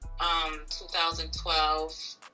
2012